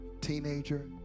teenager